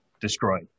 Destroyed